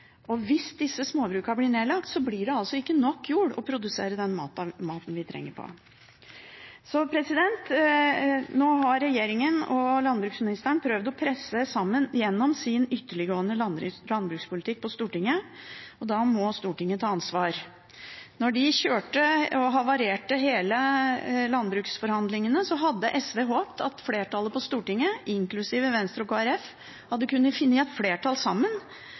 bruk. Hvis disse småbrukene blir nedlagt, blir det ikke nok jord til å produsere den maten vi trenger. Nå har regjeringen og landbruksministeren prøvd å presse gjennom sin ytterliggående landbrukspolitikk på Stortinget, og da må Stortinget ta ansvar. Da de kjørte – og havarerte – landbruksforhandlingene, hadde SV håpet at flertallet på Stortinget, inklusive Venstre og Kristelig Folkeparti, hadde kunnet finne sammen og lagt et